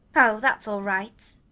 oh! that's all right.